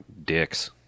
dicks